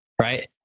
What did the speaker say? right